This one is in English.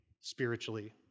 spiritually